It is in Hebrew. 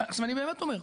ואני באמת אומר,